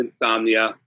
insomnia